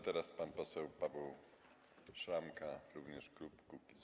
Teraz pan poseł Paweł Szramka, również klub Kukiz’15.